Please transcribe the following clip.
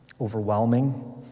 overwhelming